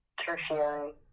tertiary